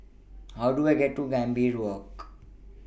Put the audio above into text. How Do I get to Gambir Walk